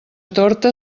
torta